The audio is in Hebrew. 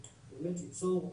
על מנת באמת ליצור הרתעה.